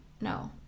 no